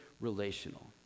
relational